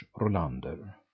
Rolander